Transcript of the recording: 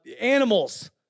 animals